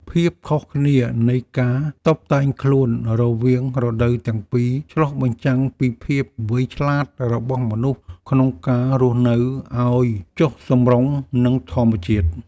ភាពខុសគ្នានៃការតុបតែងខ្លួនរវាងរដូវទាំងពីរឆ្លុះបញ្ចាំងពីភាពវៃឆ្លាតរបស់មនុស្សក្នុងការរស់នៅឱ្យចុះសម្រុងនឹងធម្មជាតិ។